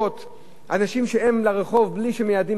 לאנשים לרחוב בלי שמיידעים אף אחד,